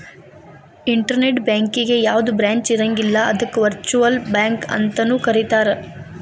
internet ಬ್ಯಾಂಕಿಗೆ ಯಾವ್ದ branch ಇರಂಗಿಲ್ಲ ಅದಕ್ಕ ವರ್ಚುಅಲ್ ಬ್ಯಾಂಕ ಅಂತನು ಕರೇತಾರ